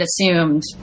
assumed